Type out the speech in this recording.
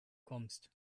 kommst